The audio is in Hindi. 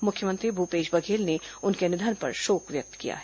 मुख्यमंत्री भूपेश बघेल ने उनके निधन पर शोक व्यक्त किया है